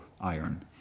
iron